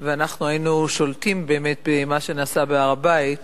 שהיינו שולטים באמת במה שנעשה בהר-הבית